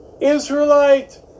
Israelite